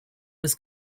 was